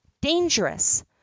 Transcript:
dangerous